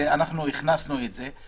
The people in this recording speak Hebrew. אנחנו הכנסנו את זה.